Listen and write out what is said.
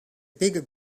bigger